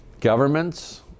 Governments